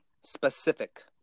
specific